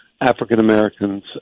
African-Americans